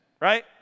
right